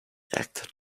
act